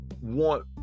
want